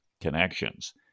connections